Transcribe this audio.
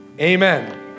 Amen